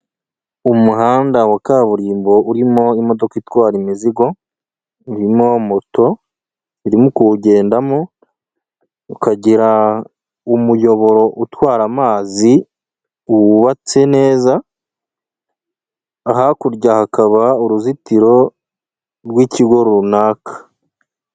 Umuhanda wa kaburimbo urimo imodoka itwara imizigo urimo moto irimo kuwugendamo ukagira umuyoboro utwara amazi, wubatse neza hakurya hakaba uruzitiro rw'ikigo runaka.